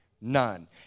None